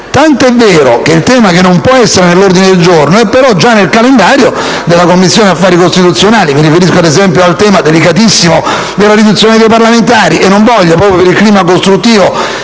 tant'è vero che ciò che non può essere contenuto nell'ordine del giorno è già nel calendario della Commissione affari costituzionali. Mi riferisco, per esempio, al tema, delicatissimo, della riduzione dei parlamentari. Non voglio, proprio per il clima costruttivo